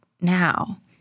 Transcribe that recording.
now